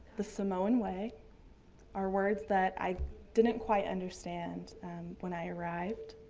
the samoan way are words that i didn't quite understand when i arrived.